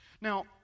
Now